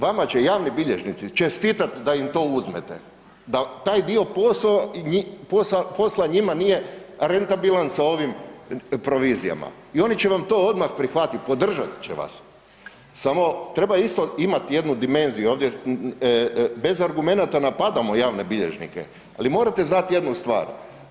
Vama će javni bilježnici čestitat da im to uzmete, da taj dio posla njima nije rentabilan sa ovim provizijama i oni će vam odmah prihvatit, podržat će vas. samo, treba isto imat jednu dimenziju ovdje, bez argumenata napadamo javne bilježnike, ali morate znati jednu stvar.